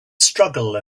struggle